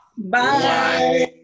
bye